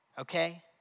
okay